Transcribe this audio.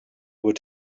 would